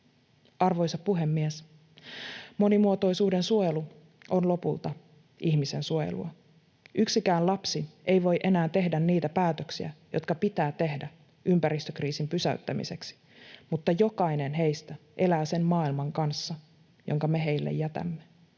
Arvoisa puhemies! Monimuotoisuuden suojelu on lopulta ihmisen suojelua. Yksikään lapsi ei voi enää tehdä niitä päätöksiä, jotka pitää tehdä ympäristökriisin pysäyttämiseksi, mutta jokainen heistä elää sen maailman kanssa, jonka me heille jätämme.